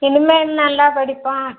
இனிமேல் நல்லா படிப்பான்